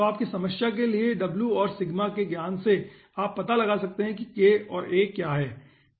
तो आपकी समस्या के लिए w और sigma के ज्ञान से आप पता लगा सकते हैं कि k और a क्या है